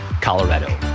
Colorado